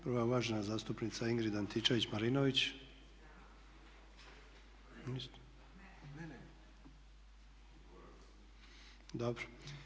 Prva je uvažena zastupnica Ingrid Antičević-Marinović. … [[Upadica se ne čuje.]] Dobro.